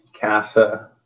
CASA